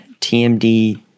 TMD